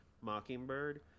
Mockingbird